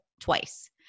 twice